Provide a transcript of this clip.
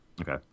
Okay